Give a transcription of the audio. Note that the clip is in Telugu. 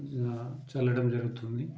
చల్లడం జరుగుతుంది